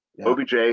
OBJ